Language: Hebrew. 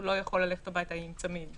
לא יוכל ללכת הביתה עם צמיד.